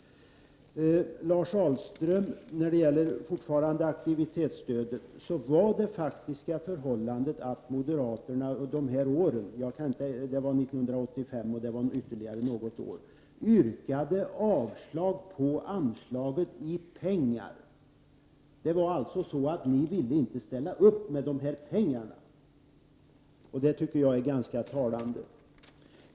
Lars Ahlström, fortfarande när det gäller aktivitetsstödet så var det faktiska förhållandet det att moderaterna dessa år — det var 1985 och ytterligare något år — yrkade avslag på anslaget i pengar räknat. Ni ville alltså inte ställa upp med pengar! Det tycker jag är ganska talande.